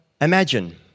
imagine